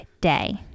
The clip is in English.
Day